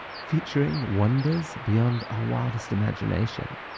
featuring wonders beyond our wildest imagination.